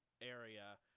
area